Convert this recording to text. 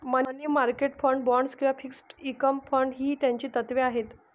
मनी market fund, bonds किंवा fixed income fund ही त्याची तत्त्वे आहेत